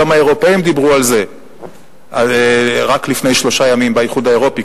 גם האירופים דיברו על זה רק לפני שלושה ימים באיחוד האירופי,